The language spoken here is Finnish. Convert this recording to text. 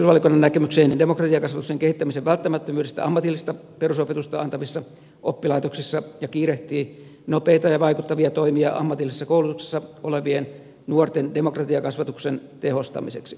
perustuslakivaliokunta yhtyy sivistysvaliokunnan näkemykseen demokratiakasvatuksen kehittämisen välttämättömyydestä ammatillista perusopetusta antavissa oppilaitoksissa ja kiirehtii nopeita ja vaikuttavia toimia ammatillisessa koulutuksessa olevien nuorten demokratiakasvatuksen tehostamiseksi